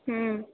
हं